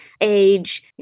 age